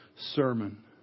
sermon